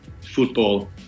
football